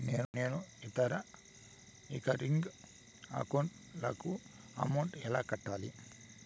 నేను నా ఇతర రికరింగ్ అకౌంట్ లకు అమౌంట్ ఎలా కట్టాలి?